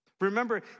Remember